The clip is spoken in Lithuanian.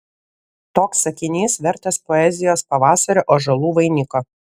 toks sakinys vertas poezijos pavasario ąžuolų vainiko